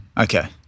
Okay